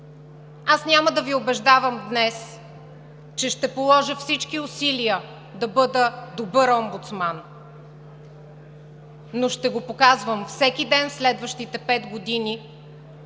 Аз няма да Ви убеждавам днес, че ще положа всички усилия да бъда добър омбудсман, но ще го показвам всеки ден в следващите пет години